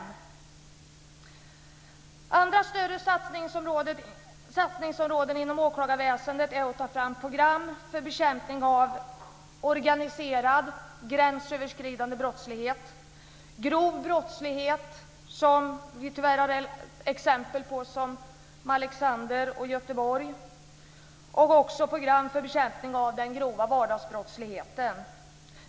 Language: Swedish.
Andra större satsningsområden inom åklagarväsendet är att ta fram program för bekämpning av organiserad gränsöverskridande brottslighet, grov brottslighet - som vi tyvärr har exempel på från Malexander och Göteborg - och även program för bekämpning av den grova vardagsbrottsligheten.